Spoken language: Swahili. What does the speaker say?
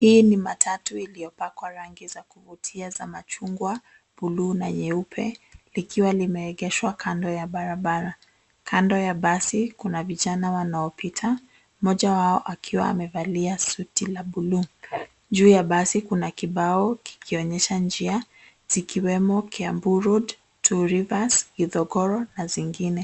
Hii ni matatu iliopakwa rangi za Kavutia za Machungwa buluu na nyeupe likiwa limeegeshwa kando ya barabara. Kando ya basi kuna vijana wanaopita moja wao akiwa amevalia suti ya blue juu ya basi kuna kibao kikionyesha njia zikiwemo Kiambu road two rivers Kithogoro na zingine.